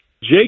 Jake